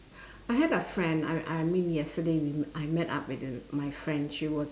I have a friend I I mean yesterday we I met up with my friend she was